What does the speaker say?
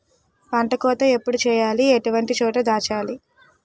పంట కోత ఎప్పుడు చేయాలి? ఎటువంటి చోట దాచాలి?